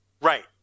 Right